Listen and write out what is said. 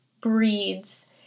breeds